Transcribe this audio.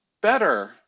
better